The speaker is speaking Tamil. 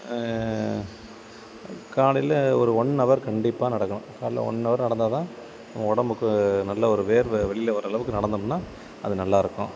காலையில் ஒரு ஒன்னவர் கண்டிப்பாக நடக்கணும் காலையில் ஒன்னவர் நடந்தால் தான் நம்ம உடம்புக்கு நல்ல ஒரு வெயர்வை வெளியில் வர்ற அளவுக்கு நடந்தம்னா அது நல்லா இருக்கும்